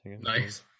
nice